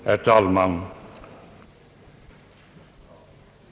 Herr talman!